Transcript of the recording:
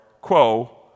quo